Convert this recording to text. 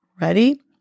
Ready